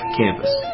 campus